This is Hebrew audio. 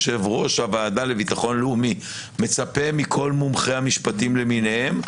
יושב-ראש הוועדה לביטחון לאומי מצפה מכל מומחי המשפטים למיניהם,